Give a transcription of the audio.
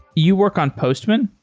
you work on postman,